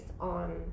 on